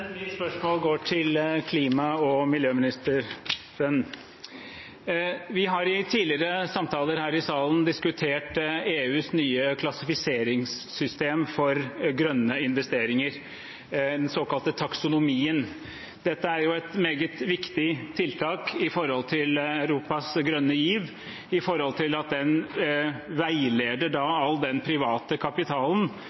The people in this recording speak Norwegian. Mitt spørsmål går til klima- og miljøministeren. Vi har i tidligere samtaler her i salen diskutert EUs nye klassifiseringssystem for grønne investeringer, den såkalte taksonomien. Dette er et meget viktig tiltak med hensyn til Europas grønne giv, for den veileder da all den